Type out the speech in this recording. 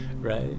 right